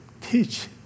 teach